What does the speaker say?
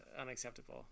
unacceptable